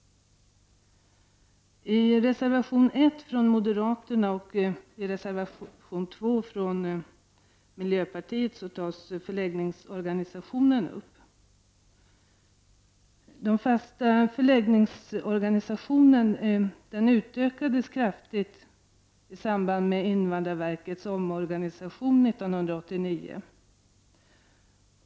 I reservation 1 från moderaterna och i reservation 2 från miljöpartiet berörs förläggningsorganisation. Den fasta förläggningsorganisationen utökades kraftigt i samband med invandrarverkets omorganisation 1989.